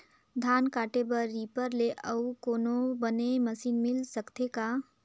धान काटे बर रीपर ले अउ कोनो बने मशीन मिल सकथे का?